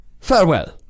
Farewell